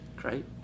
Great